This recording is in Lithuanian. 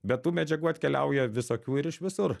bet tų medžiagų atkeliauja visokių ir iš visur